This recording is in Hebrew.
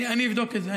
אני אבדוק את זה.